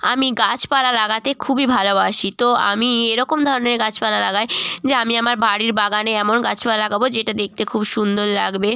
আমি গাছপালা লাগাতে খুবই ভালোবাসি তো আমি এরকম ধরনের গাছপালা লাগাই যে আমি আমার বাড়ির বাগানে এমন গাছপালা লাগাবো যেটা দেকতে খুব সুন্দর লাগবে